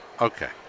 Okay